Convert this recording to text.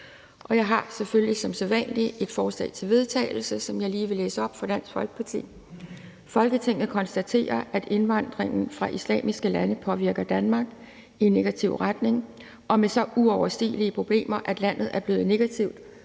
Jeg har selvfølgelig som sædvanlig et forslag til vedtagelse fra Dansk Folkeparti, som jeg lige vil læse op: Forslag til vedtagelse »Folketinget konstaterer, at indvandringen fra islamiske lande påvirker Danmark i negativ retning og med så uoverstigelige problemer, at landet er blevet negativt